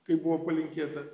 kaip buvo palinkėta